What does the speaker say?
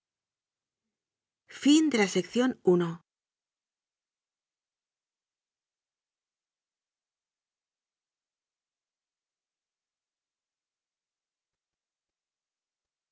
sido la acción más